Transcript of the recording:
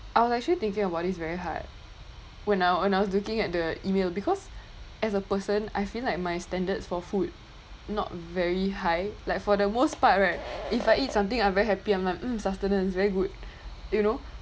I was actually thinking about this very hard when I when I was looking at the email because as a person I feel like my standards for food not very high like for the most part right if I eat something I very happy I'm like um sustenance very good you know